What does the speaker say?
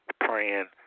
praying